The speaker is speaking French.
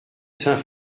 saint